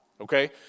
Okay